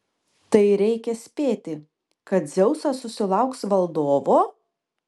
tai reikia spėti kad dzeusas susilauks valdovo